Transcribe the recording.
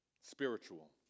spiritual